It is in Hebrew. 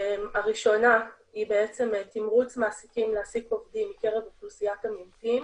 הראשונה היא תמרוץ מעסיקים להעסיק עובדים מקרב אוכלוסיית המיעוטים